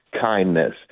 kindness